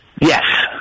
Yes